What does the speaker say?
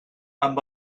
amb